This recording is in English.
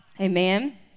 amen